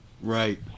right